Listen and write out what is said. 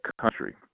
country